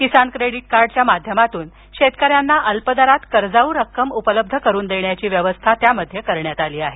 किसान credit कार्डच्या माध्यमातून शेतकऱ्यांना अल्पदरात कर्जाऊ रक्कम उपलब्ध करून देण्याची व्यवस्था त्यामध्ये करण्यात आली आहे